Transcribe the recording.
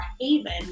haven